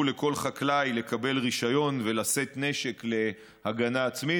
לכל חקלאי לקבל רישיון ולשאת נשק להגנה עצמית.